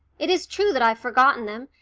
it is true that i've forgotten them,